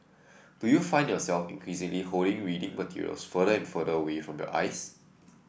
do you find yourself increasingly holding reading materials further and further away from your eyes